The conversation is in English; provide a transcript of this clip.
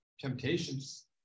temptations